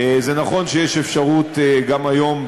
זה נכון שיש אפשרות גם היום,